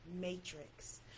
matrix